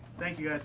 thank you.